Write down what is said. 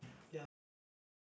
ya once or twice lah